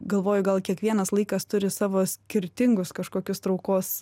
galvoju gal kiekvienas laikas turi savo skirtingus kažkokius traukos